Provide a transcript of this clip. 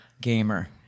gamer